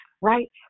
right